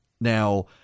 Now